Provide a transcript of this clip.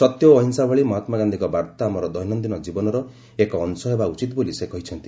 ସତ୍ୟ ଓ ଅହିଂସା ଭଳି ମହାତ୍କାଗାନ୍ଧିଙ୍କ ବାର୍ତ୍ତା ଆମର ଦୈନନ୍ଦିନ ଜୀବନର ଏକ ଅଂଶ ହେବା ଉଚିତ ବୋଲି ସେ କହିଛନ୍ତି